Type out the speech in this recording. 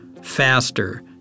faster